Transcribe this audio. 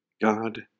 God